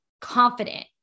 confident